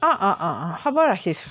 অঁ অঁ অঁ অঁ হ'ব ৰাখিছোঁ